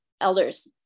elders